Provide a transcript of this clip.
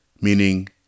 meaning